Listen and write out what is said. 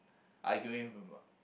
arguing with my